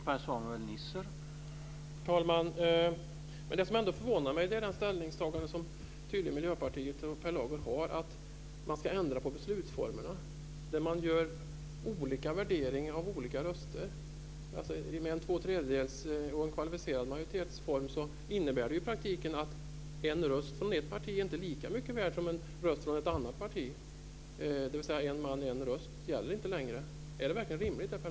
Herr talman! Det som förvånar mig är det ställningstagande som Miljöpartiet och Per Lager tydligen har, att man ska ändra på beslutsformerna. Man gör olika värderingar av olika röster. En två tredjedels majoritet och en kvalificerad majoritet innebär i praktiken att en röst från ett parti inte är lika mycket värd som en röst från ett annat parti, dvs. en man en röst gäller inte längre. Är det verkligen rimligt, Per